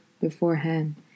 beforehand